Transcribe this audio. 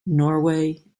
norway